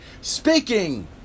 speaking